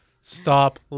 Stop